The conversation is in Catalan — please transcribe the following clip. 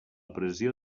pressió